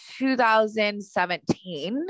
2017